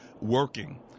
working